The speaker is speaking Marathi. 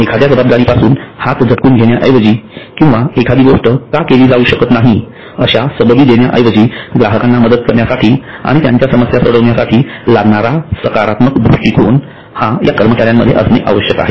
एखाद्या जबाबदारीपासून हात झटकून घेण्याऐवजी किंवा एखादी गोष्ट का केली जाऊ शकत नाही अश्या सबबी देण्याऐवजी ग्राहकांना मदत करण्यासाठी आणि त्यांच्या समस्या सोडविण्यासाठी लागणारा सकारात्मक दृष्टीकोन या कर्मचाऱ्यांमध्ये असणे आवश्यक आहे